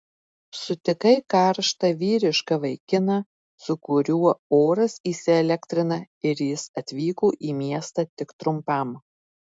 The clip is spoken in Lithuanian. sutikai karštą vyrišką vaikiną su kuriuo oras įsielektrina ir jis atvyko į miestą tik trumpam